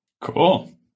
Cool